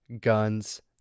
guns